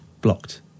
Blocked